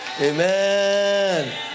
Amen